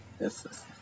Yes